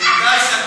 זהבה,